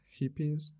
hippies